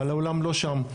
אבל העולם לא שם.